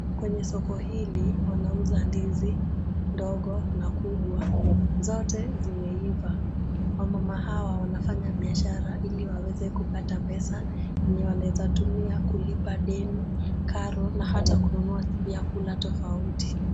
Kwenye soko hili wana uza ndizi, ndogo, na kubwa, zote zimeiva. Wa mama hawa wanafanya biashara ili waweze kupata pesa yenye wanaweza tumia kulipa deni, karo na hata kununua vyakula tofauti.